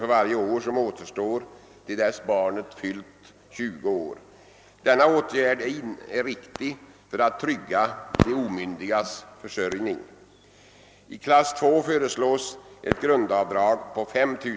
för varje år som återstår till dess barnet fyllt 20 år. Denna åtgärd är riktig för att trygga de omyndigas försörjning.